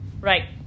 Right